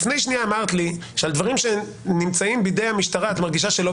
שניה אמרת לי שעל דברים שנמצאים בידי המשטרה את מרגישה שלא